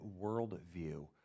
worldview